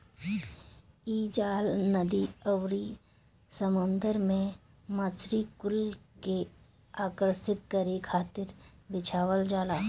इ जाल नदी अउरी समुंदर में मछरी कुल के आकर्षित करे खातिर बिछावल जाला